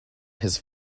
his